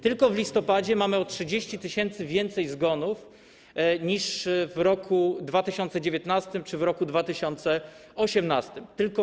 Tylko w listopadzie mamy o 30 tys. więcej zgonów niż w roku 2019 czy w roku 2018.